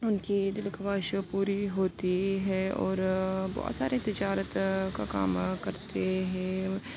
ان کی دلی خواہش پوری ہوتی ہے اور بہت سارے تجارت کا کام کرتے ہیں